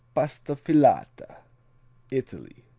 pasta filata italy